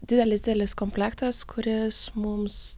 didelis didelis komplektas kuris mums